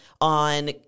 on